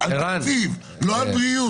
כסף, על תקציב, לא על בריאות.